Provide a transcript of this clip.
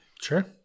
Sure